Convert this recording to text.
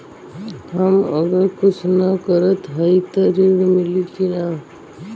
हम अगर कुछ न करत हई त ऋण मिली कि ना?